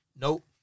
nope